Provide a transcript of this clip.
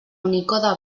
unicode